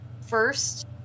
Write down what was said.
first